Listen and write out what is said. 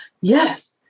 yes